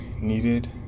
needed